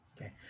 Okay